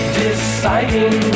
deciding